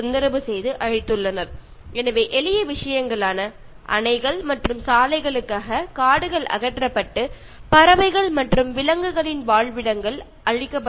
കാടുകൾ വെട്ടി നശിപ്പിച്ചു കൊണ്ടും പല പക്ഷികളുടെയും മൃഗങ്ങളുടെയും ആവാസവ്യവസ്ഥ നശിപ്പിച്ചുകൊണ്ടും മനുഷ്യർ ഡാമുകളും റോഡുകളും ഉണ്ടാക്കി